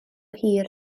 hir